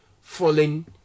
falling